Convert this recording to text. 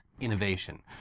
innovation